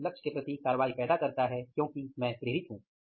यह उस लक्ष्य के प्रति कार्रवाई पैदा करता है क्योंकि मैं प्रेरित हूं